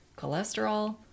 cholesterol